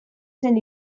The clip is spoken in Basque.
zen